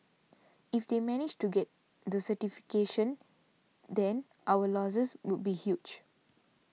if they managed to get the certification then our losses would be huge